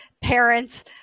parents